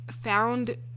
found